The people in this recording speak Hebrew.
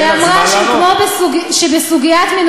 חברת הכנסת רוזין, יהיה לך זמן לענות.